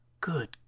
Good